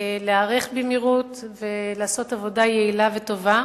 להיערך במהירות ולעשות עבודה יעילה וטובה.